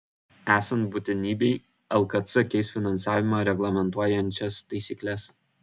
esant būtinybei lkc keis finansavimą reglamentuojančias taisykles